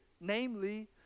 namely